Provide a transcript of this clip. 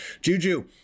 Juju